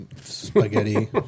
spaghetti